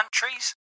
countries